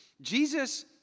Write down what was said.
Jesus